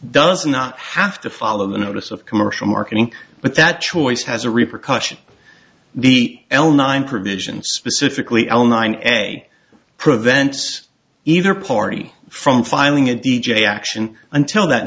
does not have to follow the notice of commercial marketing but that choice has a repercussion the l nine provision specifically l nine a prevents either party from filing a d j action until that